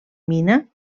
mina